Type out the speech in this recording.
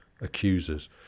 accusers